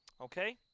Okay